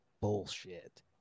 Bullshit